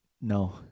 No